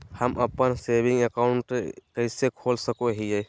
हम अप्पन saving account कइसे खोल सको हियै?